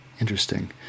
Interesting